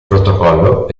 protocollo